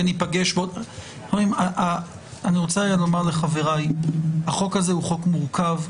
אני רוצה לומר לחבריי שהחוק הזה הוא חוק מורכב,